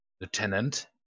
Lieutenant